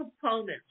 components